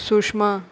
Sushma